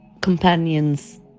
companions